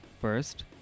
First